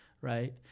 right